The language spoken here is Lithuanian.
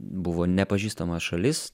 buvo nepažįstama šalis